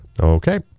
Okay